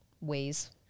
ways